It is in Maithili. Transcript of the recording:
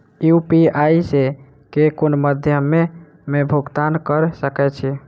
यु.पी.आई सऽ केँ कुन मध्यमे मे भुगतान कऽ सकय छी?